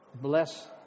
Bless